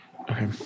Okay